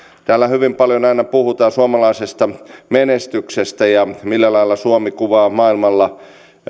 täällä hyvin paljon aina puhutaan suomalaisesta menestyksestä ja millä lailla suomi kuvaa maailmalla